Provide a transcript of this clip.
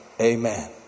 amen